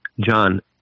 John